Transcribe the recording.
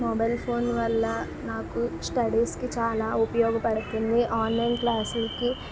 mobile phone వల్ల నాకు స్టడీస్కి చాలా ఉపయోగపడుతుంది ఆన్లైన్ క్లాసులకి